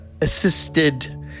assisted